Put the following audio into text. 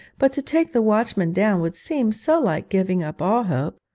but to take the watchman down would seem so like giving up all hope!